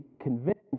convinced